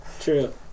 True